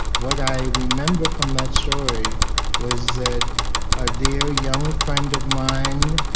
what i remember from that story was that a dear young friend of mine,